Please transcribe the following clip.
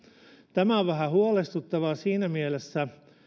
tämä on vähän huolestuttavaa siinä mielessä